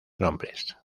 nombres